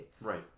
Right